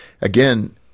Again